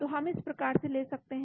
तो हम इस प्रकार ले सकते हैं